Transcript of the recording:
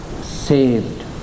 saved